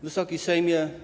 Wysoki Sejmie!